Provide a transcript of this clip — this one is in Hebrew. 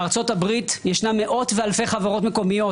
בארה"ב ישנם מאות ואלפי חברות מקומיות,